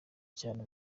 cyane